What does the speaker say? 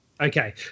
Okay